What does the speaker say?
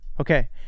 Okay